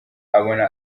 abona